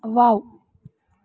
wow